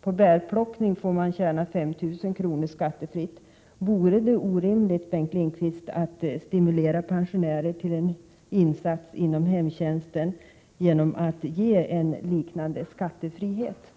På bärplockning får man tjäna 5 000 kr. skattefritt. Vore det orimligt, Bengt Lindqvist, att stimulera pensionärer till en insats inom hemtjänsten genom att där ge dessa en liknande skattefrihet?